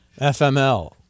FML